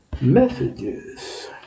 messages